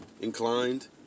inclined